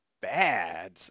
bad